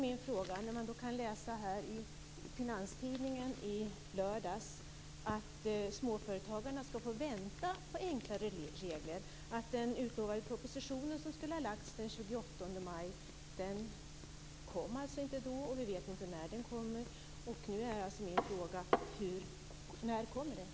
I lördags kunde man läsa i Finanstidningen att småföretagarna skall få vänta på enklare regler. Den utlovade propositionen, som skulle ha lagts fram den 28 maj, kom alltså inte då, och vi vet inte när den kommer. Nu är min fråga: När kommer den?